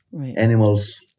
animals